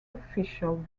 official